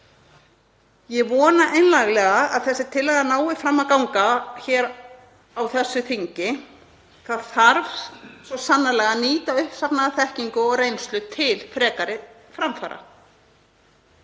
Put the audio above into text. Ég vona einlæglega að þessi tillaga nái fram að ganga hér á þessu þingi. Það þarf svo sannarlega að nýta uppsafnaða þekkingu og reynslu til frekari framfara.